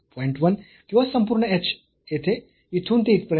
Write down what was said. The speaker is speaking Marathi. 1 किंवा संपूर्ण h येथे इथून ते इथपर्यंत 0